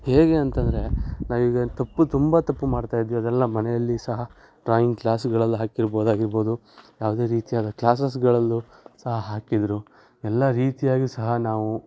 ಹೇಗೆ ಅಂತಂದರೆ ನಾವೀಗ ತಪ್ಪು ತುಂಬ ತಪ್ಪು ಮಾಡ್ತಾ ಇದ್ವಿ ಅದೆಲ್ಲ ಮನೆಯಲ್ಲಿ ಸಹ ಡ್ರಾಯಿಂಗ್ ಕ್ಲಾಸುಗಳಲ್ಲಿ ಹಾಕಿರ್ಬೋದಾಗಿರ್ಬೋದು ಯಾವುದೇ ರೀತಿಯಾದ ಕ್ಲಾಸಸ್ಗಳಲ್ಲೂ ಸಹ ಹಾಕಿದ್ದರು ಎಲ್ಲ ರೀತಿಯಾಗಿಯೂ ಸಹ ನಾವು